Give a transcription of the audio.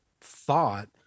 thought